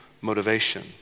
motivation